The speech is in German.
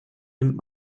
nimmt